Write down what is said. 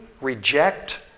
reject